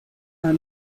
are